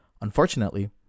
Unfortunately